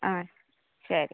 ആ ശരി